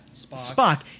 Spock